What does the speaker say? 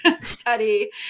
study